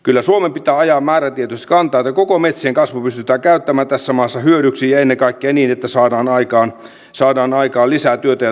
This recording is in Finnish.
kyllä suomen pitää ajaa määrätietoisesti kantaa että koko metsien kasvu pystytään käyttämään tässä maassa hyödyksi ja ennen kaikkea niin että saadaan aikaan lisää työtä ja toimeentuloa maaseudulle